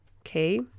Okay